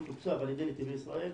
הוא תוקצב על ידי נתיבי ישראל,